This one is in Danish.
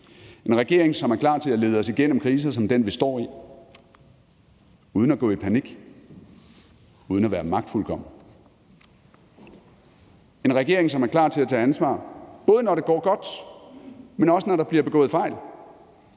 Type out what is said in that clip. en regering, som er klar til at lede os igennem kriser som den, vi står i, uden at gå i panik, uden at være magtfuldkommen, en regering, som er klar til at tage ansvar, både når det går godt, men også når der bliver begået fejl,